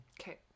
Okay